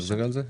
תחזרי על זה.